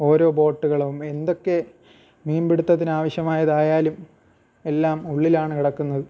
ഓരോ ബോട്ടുകളും എന്തൊക്കെ മീൻ പിടുത്തതിന് ആവശ്യമായതായാലും എല്ലാം ഉള്ളിലാണ് കിടക്കുന്നത്